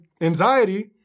anxiety